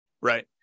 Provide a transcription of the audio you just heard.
Right